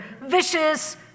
vicious